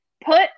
Put